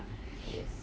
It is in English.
yes